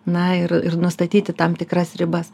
na ir ir nustatyti tam tikras ribas